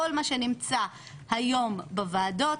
כל מה שנמצא היום בוועדות,